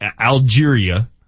Algeria